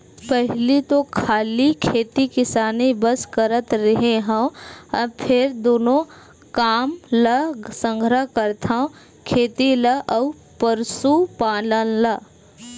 पहिली तो खाली खेती किसानी बस करत रेहे हँव, अब फेर दूनो काम ल संघरा करथव खेती ल अउ पसुपालन ल